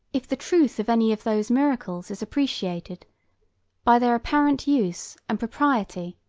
if the truth of any of those miracles is appreciated by their apparent use and propriety,